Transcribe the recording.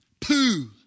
poo